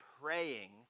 praying